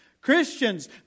christians